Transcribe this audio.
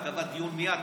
וקבע דיון מייד,